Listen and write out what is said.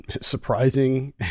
surprising